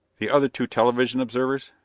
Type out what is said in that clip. the other two television observers?